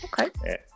Okay